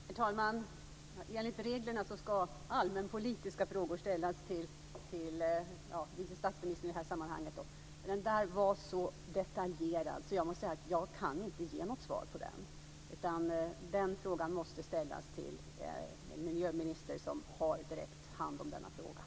Herr talman! Enligt reglerna ska allmänpolitiska frågor ställas till vice statsministern, men den här frågan var så detaljerad att jag inte kan ge något svar. Den måste ställas till en miljöminister som direkt har hand om det området.